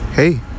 Hey